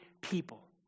people